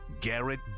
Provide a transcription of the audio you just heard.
Garrett